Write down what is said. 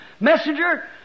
messenger